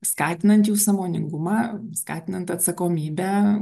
skatinant jų sąmoningumą skatinant atsakomybę